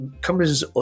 companies